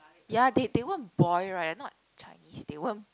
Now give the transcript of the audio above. ya they they won't boil right not Chinese they won't